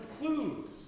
clues